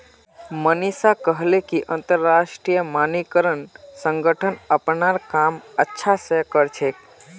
मनीषा कहले कि अंतरराष्ट्रीय मानकीकरण संगठन अपनार काम अच्छा स कर छेक